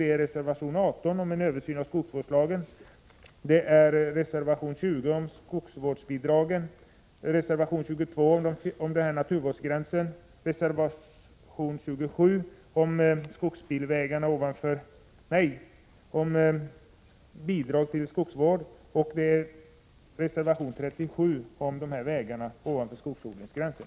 Det är reservation 18 om en översyn av skogsvårdslagen, reservation 20 om skogsvårdsbidrag, reservation 22 om naturvårdsgränsen, reservation 27 om bidrag till skogsvård och reservation 34 om vägar ovanför skogsodlingsgränsen.